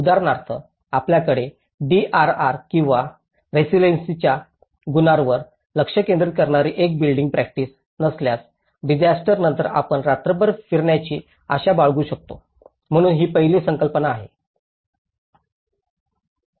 उदाहरणार्थ आपल्याकडे डीआरआर किंवा रेसिलियन्सच्या गुणांवर लक्ष केंद्रित करणारी एखादी बिल्डिंग प्रॅक्टिस नसल्यास डिसास्टर नंतर आपण रात्रभर फिरण्याची आशा बाळगू शकतो म्हणून ही पहिली संकल्पना आहे